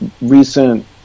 recent